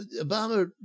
Obama